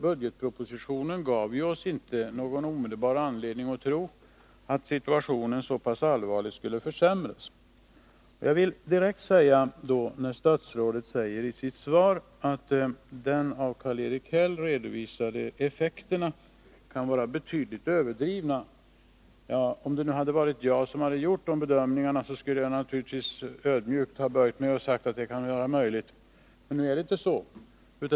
Budgetpropositionen gav oss ju inte någon omedelbar anledning att tro att situationen så allvarligt skulle försämras. Statsrådet säger i sitt svar att de av mig redovisade effekterna kan vara betydligt överdrivna. Om det nu hade varit jag som hade gjort de bedömningarna skulle jag naturligtvis ödmjukt ha böjt mig för detta och sagt att det är möjligt. Men nu är det inte så.